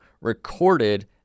recorded